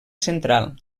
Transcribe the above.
central